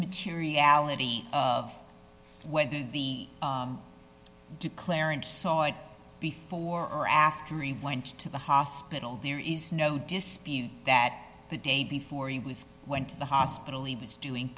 materiality of whether the declarant saw it before or after e went to the hospital there is no dispute that the day before he was went to the hospital he was doing